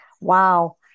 wow